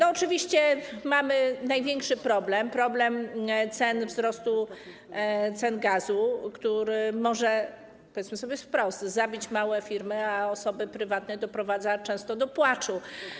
Oczywiście mamy największy problem, problem wzrostu cen gazu, który może - powiedzmy sobie wprost - zabić małe firmy, a osoby prywatne doprowadza często do płaczu.